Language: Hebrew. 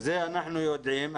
את זה אנחנו יודעים.